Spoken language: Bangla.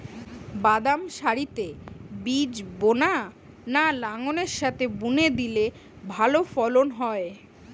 বাদাম সারিতে বীজ বোনা না লাঙ্গলের সাথে বুনে দিলে ভালো ফলন হয়?